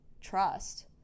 trust